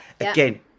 again